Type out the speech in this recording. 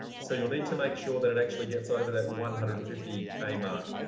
so you'll need to make sure that it actually gets over that one hundred and fifty k mark.